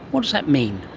what does that mean?